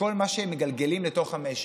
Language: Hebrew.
מכל מה שהם מגלגלים לתוך המשק.